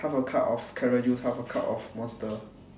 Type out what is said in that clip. half a cup of carrot juice half a cup of monster